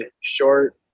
short